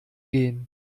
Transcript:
gehen